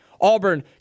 Auburn